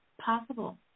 possible